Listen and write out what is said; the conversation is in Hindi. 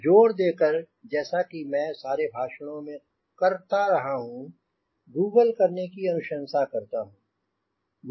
मैं जोर देकर जैसा कि मैं सारे भाषणों में करता रहा हूँ गूगल करने की अनुशंसा करता हूँ